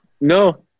No